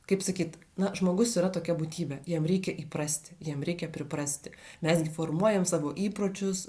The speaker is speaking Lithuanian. kaip sakyt na žmogus yra tokia būtybė jam reikia įprasti jam reikia priprasti mes gi formuojam savo įpročius